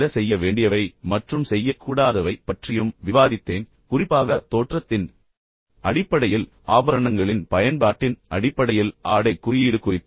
சில செய்ய வேண்டியவை மற்றும் செய்யக்கூடாதவை பற்றியும் விவாதித்தேன் குறிப்பாக தோற்றத்தின் அடிப்படையில் ஆபரணங்களின் பயன்பாட்டின் அடிப்படையில் ஆடைக் குறியீடு குறித்து